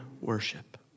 worship